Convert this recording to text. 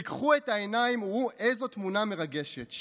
פקחו את העיניים וראו איזו תמונה מרגשת,